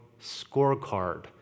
scorecard